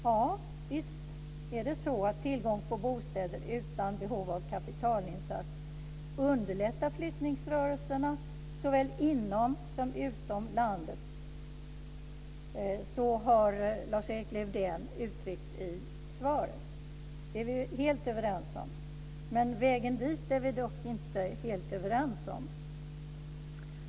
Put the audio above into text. Ja, visst är det så att "tillgång till bostäder, utan behov av kapitalinsats, underlättar flyttningsrörelser såväl inom som utom landet". Så har Lars-Erik Lövdén uttryckt det i svaret. Det är vi helt överens om. Men vägen dit är vi inte helt överens om.